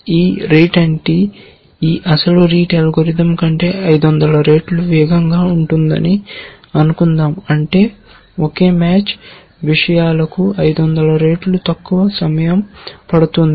ఈ RETE NT ఈ అసలు RETE అల్గోరిథం కంటే 500 రెట్లు వేగంగా ఉంటుందని అనుకుందాం అంటే ఒకే మ్యాచ్ విషయాలకు 500 రెట్లు తక్కువ సమయం పడుతుంది